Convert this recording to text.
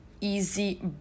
easy